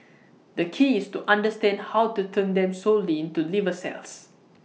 the key is to understand how to turn them solely into liver cells